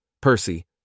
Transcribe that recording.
Percy